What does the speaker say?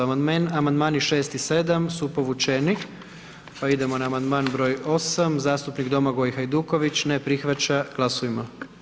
Amandmani 6 i 7 su povučeni pa idemo na amandman br. 8, zastupnik Domagoj Hajduković, ne prihvaća, glasujmo.